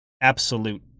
absolute